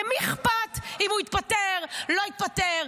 למי אכפת אם הוא יתפטר או לא יתפטר,